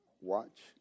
watch